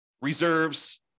reserves